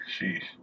Sheesh